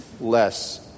less